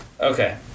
Okay